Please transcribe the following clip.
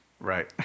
Right